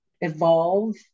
evolve